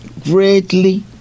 greatly